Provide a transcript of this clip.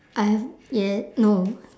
I have ya no